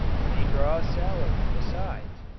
and they draw a salary besides,